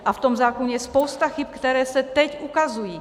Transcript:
A v tom zákoně je spousta chyb, které se teď ukazují.